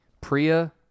Priya